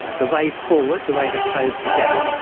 the way forward, the way to close the gap,